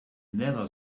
never